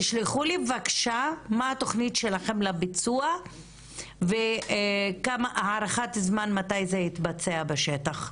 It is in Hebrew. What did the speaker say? תשלחו לי בבקשה מה התוכנית שלכם לביצוע והערכת זמן מתי זה יתבצע בשטח.